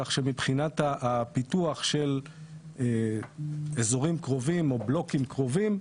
כך שמבחינת הפיתוח של אזורים קרובים או בלוקים קרובים,